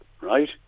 right